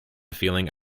feeling